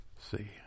See